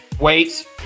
Wait